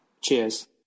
Cheers